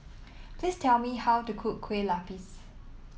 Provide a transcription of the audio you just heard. please tell me how to cook Kueh Lapis